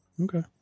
Okay